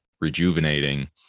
rejuvenating